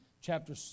Chapter